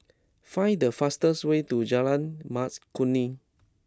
find the fastest way to Jalan Mas Kuning